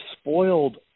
spoiled